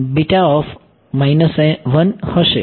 વિદ્યાર્થી 1